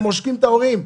אתם עושקים את ההורים,